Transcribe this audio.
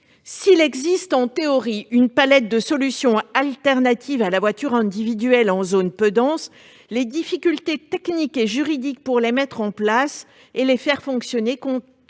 S'il existe en théorie une palette de solutions alternatives à la voiture individuelle dans les zones peu denses, les difficultés techniques et juridiques rencontrées dans leur mise en place et leur fonctionnement